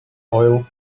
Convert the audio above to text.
oil